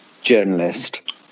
journalist